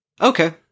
Okay